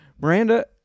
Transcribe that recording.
Miranda